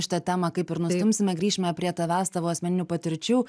šitą temą kaip ir nustumsime grįšime prie tavęs tavo asmeninių patirčių